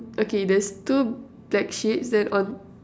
okay there's two black sheeps then on